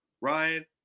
Ryan